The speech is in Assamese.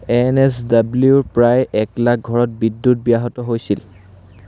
এন এছ ডব্লিউৰ প্ৰায় এক লাখ ঘৰত বিদ্যুৎ ব্যাহত হৈছিল